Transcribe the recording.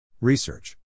Research